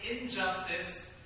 injustice